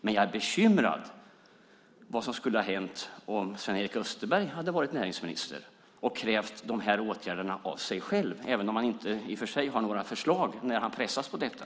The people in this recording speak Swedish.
Men jag är bekymrad över vad som skulle ha hänt om Sven-Erik Österberg hade varit näringsminister och krävt de här åtgärderna av sig själv - även om han inte i och för sig har några förslag när han pressas på detta.